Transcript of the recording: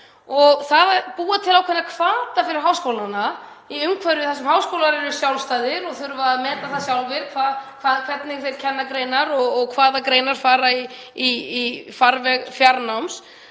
að búa til ákveðna hvata fyrir háskólana í umhverfi þar sem háskólar eru sjálfstæðir og þurfa að meta það sjálfir hvernig þeir kenna greinar og hvaða greinar fara í farveg fjarnáms